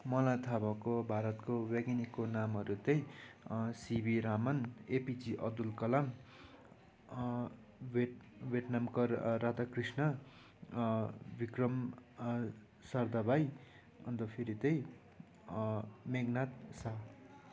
मलाई थाहा भएको भारतको वैज्ञानिकको नामहरू त्यही सिभी रमन एपिजे अब्दुल कलाम भेट भेटनमकर राधाकृष्ण विक्रम सारदाबाई अन्त फेरि त्यही मेघनाथ शाह